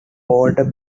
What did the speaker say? older